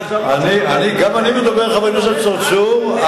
חבר הכנסת צרצור,